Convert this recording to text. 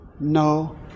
no